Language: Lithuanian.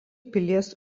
pilies